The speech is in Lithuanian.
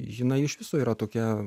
jinai iš viso yra tokia